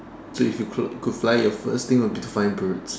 so you if you could could fly your first thing you wanted to find birds